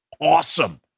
awesome